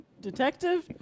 Detective